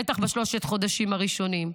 בטח בשלושת החודשים הראשונים,